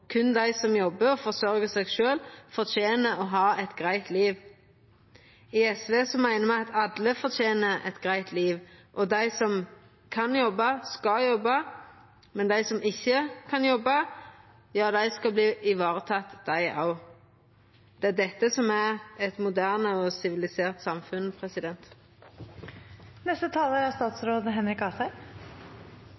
dei som jobbar og forsørgjer seg sjølv, fortener å ha eit greitt liv. I SV meiner me at alle fortener eit greitt liv, og at dei som kan jobba, skal jobba, men dei som ikkje kan jobba, skal verta varetekne, dei òg. Det er dette som er eit moderne og sivilisert samfunn.